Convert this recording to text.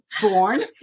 born